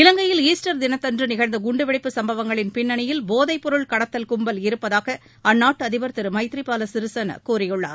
இலங்கையில் ஈஸ்டர் தினத்தன்று நிகழ்ந்த குண்டுவெடிப்பு சம்பவங்களின் பின்னணியில் போதைப்பொருள் கடத்தல் கும்பல் இருப்பதாக அந்நாட்டு அதிபர் திரு மைத்ரிபால சிறிசேனா கூறியுள்ளார்